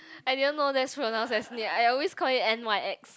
I didn't know that's pronounced as Ny~ I always call it N_Y_X